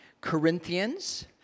Corinthians